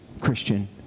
Christian